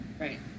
Right